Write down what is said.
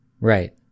Right